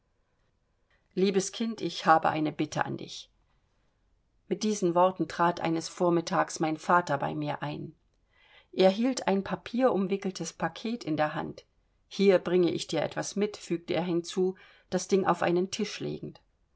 liebes kind ich habe eine bitte an dich mit diesen worten trat eines vormittags mein vater bei mir ein er hielt ein papierumwickeltes paket in der hand hier bringe ich dir etwas mit fügte er hinzu das ding auf einen tisch legend